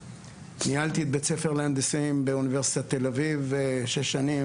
וניהלתי את בית ספר להנדסאים באוניברסיטת תל אביב שש שנים,